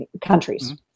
countries